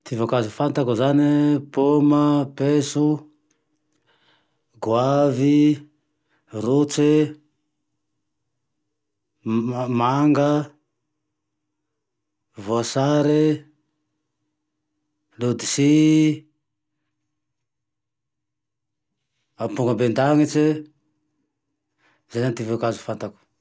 Ty voankazo fantako zane, poma, paiso, goavy, rotsy e, m-manga, voasary e, lodisy, ampokamben-daniste, zay zane ty voankazo fantako.